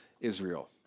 Israel